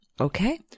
Okay